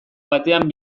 batean